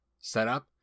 setup